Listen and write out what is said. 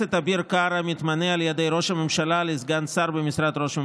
תודה רבה.